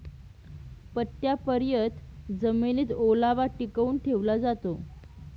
पट्टयापर्यत जमिनीत ओलावा टिकवून ठेवला जातो